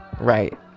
right